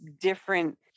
different